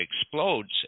explodes